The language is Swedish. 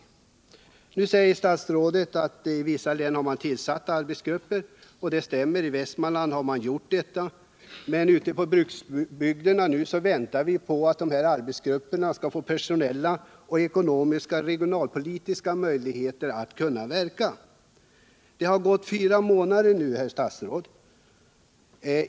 Nu säger statsrådet att man i vissa län har tillsatt arbetsgrupper, och det stämmer. I Västmanlands län har man t.ex. gjort det. Men ute i bruksbygderna väntar vi på att de här arbetsgrupperna skall få personella och ekonomiska regionalpolitiska möjligheter att verka. Det har gått fyra månader nu, herr statsråd.